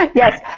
like yes.